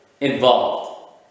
involved